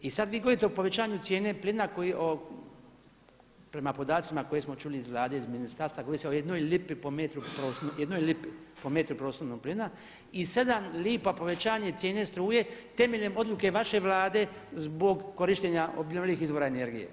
I sada vi govorite o povećanju cijene plina koji prema podacima koje smo čuli iz Vlade, iz ministarstva govori se o jednoj lipi po metru, o jednoj lipi po metru prostornog plina i 7 lipa povećanje cijene struje temeljem odluke vaše Vlade zbog korištenja obnovljivih izvora energije.